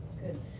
Good